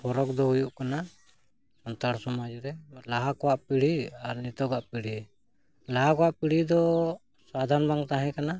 ᱯᱚᱨᱚᱠ ᱫᱚ ᱦᱩᱭᱩᱜ ᱠᱟᱱᱟ ᱥᱟᱱᱛᱟᱲ ᱥᱚᱢᱟᱡᱽ ᱨᱮ ᱞᱟᱦᱟ ᱠᱚᱣᱟᱜ ᱯᱤᱲᱦᱤ ᱟᱨ ᱱᱤᱛᱚᱜ ᱟᱜ ᱯᱤᱲᱦᱤ ᱞᱟᱦᱟ ᱠᱚᱣᱟᱜ ᱯᱤᱲᱦᱤ ᱫᱚ ᱥᱟᱫᱷᱟᱨᱚᱱ ᱵᱟᱝ ᱛᱟᱦᱮᱸ ᱠᱟᱱᱟ